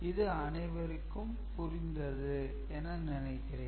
இது அனைவர்க்கும் புரிந்தது என நினைக்கிறேன்